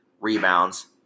rebounds